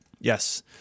Yes